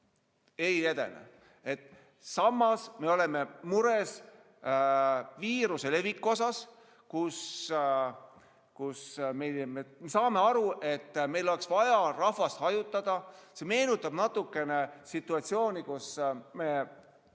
Ei edene. Samas me oleme mures viiruse leviku pärast. Me saame aru, et meil oleks vaja rahvast hajutada. See meenutab natukene situatsiooni, kus me